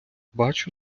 бачу